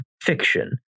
fiction